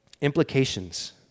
Implications